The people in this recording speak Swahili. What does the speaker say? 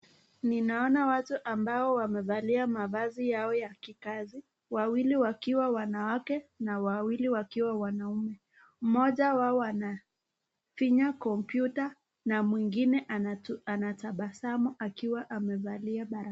Ninaona watu ambao wamevalia mavazi yao ya kikazi, wawili wakiwa wanawake na wawili wakiwa wanaume. Mmoja wao anafinya kompyuta na mwingine anatabasamu akiwa amevalia barakoa.